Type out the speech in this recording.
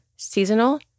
seasonal